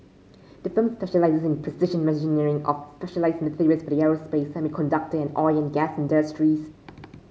the firm specialises in precision machining of specialised materials the aerospace semiconductor and oil and gas industries